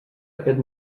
aquest